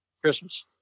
Christmas